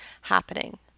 happening